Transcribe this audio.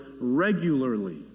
regularly